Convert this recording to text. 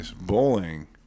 bowling